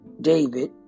David